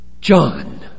John